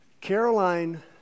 Caroline